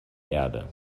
erde